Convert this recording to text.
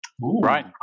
Right